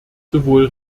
sowohl